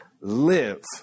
live